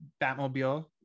Batmobile